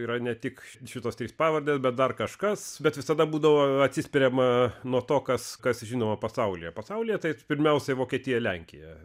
yra ne tik šituos tris pavardes bet dar kažkas bet visada būdavo atsispiriama nuo to kas kas žinoma pasaulyje pasaulyje tai pirmiausia vokietija lenkija